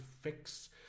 fix